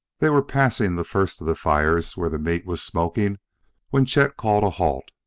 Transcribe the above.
they were passing the first of the fires where the meat was smoking when chet called a halt.